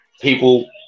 People